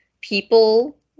People